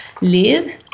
live